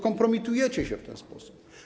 Kompromitujecie się w ten sposób.